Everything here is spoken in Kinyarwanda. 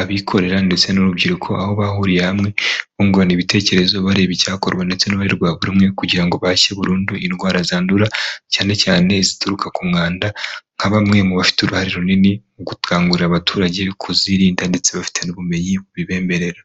abikorera ndetse n'urubyiruko aho bahuriye hamwe bungurana ibitekerezo bareba icyakorwa ndetse n'uruhare rwa buri umwe kugira ngo bahashye burundu indwara zandura cyane cyane zituruka ku mwanda nka bamwe mu bafite uruhare runini mu gukangurira abaturage kuzirinda ndetse bafite n'ubumenyi bubibemerera.